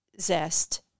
zest